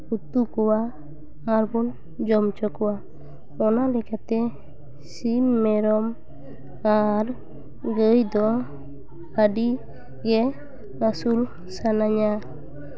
ᱩᱛᱩ ᱠᱚᱣᱟ ᱟᱨᱵᱚᱱ ᱡᱚᱢ ᱦᱚᱪᱚ ᱠᱚᱣᱟ ᱚᱱᱟ ᱞᱮᱠᱟᱛᱮ ᱥᱤᱢ ᱢᱮᱨᱚᱢ ᱟᱨ ᱜᱟᱹᱭ ᱫᱚ ᱟᱹᱰᱤᱜᱮ ᱟᱹᱥᱩᱞ ᱥᱟᱱᱟᱧᱟ